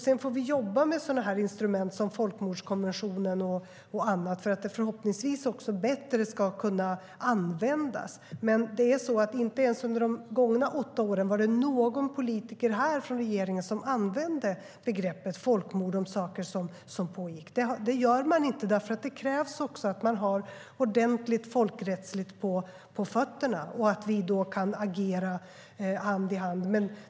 Sedan får vi jobba med instrument såsom folkrättskonventionen och annat för att de förhoppningsvis ska kunna användas bättre. Inte heller under de gångna åtta åren var det någon från regeringen som använde begreppet folkmord. Man gör inte det om man inte har ordentligt folkrättsligt på fötterna och då kan agera hand i hand.